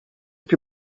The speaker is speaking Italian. più